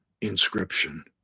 inscription